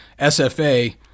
SFA